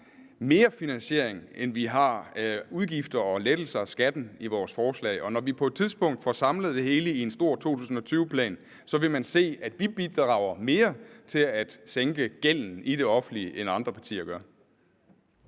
mere finansiering, end vi har af udgift til lettelsen af skatten i vores forslag, og når vi på et tidspunkt får samlet det hele i en stor 2020-plan, så vil man se, at vi bidrager med mere til at sænke gælden i det offentlige, end andre partier gør.